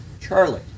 Charlie